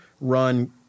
run